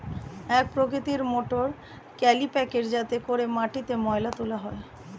এক প্রকৃতির মোটর কাল্টিপ্যাকের যাতে করে মাটিতে ময়লা তোলা হয়